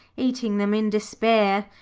eating them in despair,